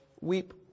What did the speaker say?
weep